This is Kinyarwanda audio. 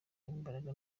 imbaraga